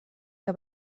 que